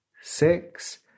six